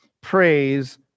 Praise